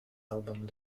album